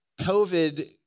COVID